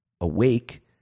awake